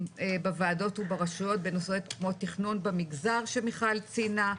בוועדות וברשויות בנושא תכנון במגזר שמיכל ציינה,